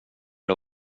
det